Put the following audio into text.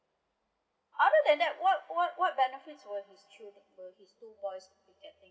other than that what what what benefit will his children will his school boys be getting